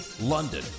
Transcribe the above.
London